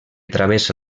travessa